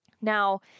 Now